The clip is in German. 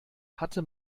hatte